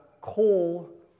coal